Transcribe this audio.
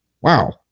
wow